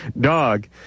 dog